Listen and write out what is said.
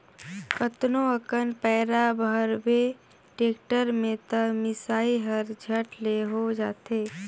कतनो अकन पैरा भरबे टेक्टर में त मिसई हर झट ले हो जाथे